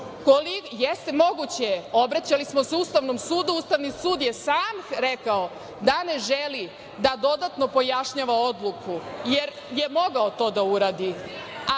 Jeste, moguće je, obraćali smo se Ustavnom sudu. Ustavni sud je sam rekao da ne želi da dodatno pojašnjava odluku, jer je mogao to da uradi,